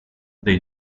dei